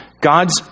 God's